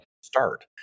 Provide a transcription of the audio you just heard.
start